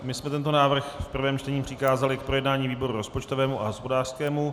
My jsme tento návrh v prvém čtení přikázali k projednání výboru rozpočtovému a hospodářskému.